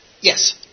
Yes